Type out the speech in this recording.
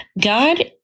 God